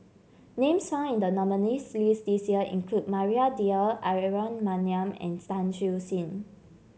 names found in the nominees' list this year include Maria Dyer Aaron Maniam and Tan Siew Sin